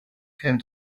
came